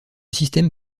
système